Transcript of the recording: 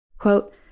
Quote